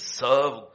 serve